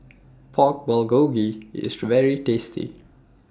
Pork Bulgogi IS very tasty